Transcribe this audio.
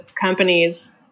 companies